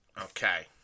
Okay